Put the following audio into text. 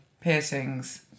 piercings